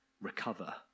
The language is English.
recover